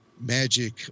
magic